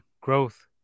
growth